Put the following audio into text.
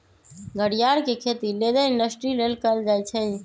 घरियार के खेती लेदर इंडस्ट्री लेल कएल जाइ छइ